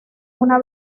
una